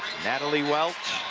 natalie welch.